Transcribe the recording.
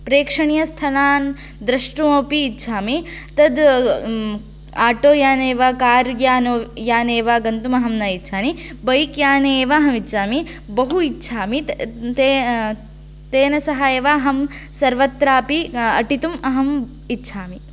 प्रेक्षणीयस्थलान् द्रष्टुमपि इच्छामि तत् आटो याने वा कार् याने वा गन्तुमहं न इच्छामि बैक् याने एव अहं इच्छामि बहु इच्छामि ते तेन सह एव सर्वत्रापि अटितुम् अहं इच्छामि